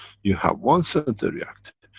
you have one center reactor,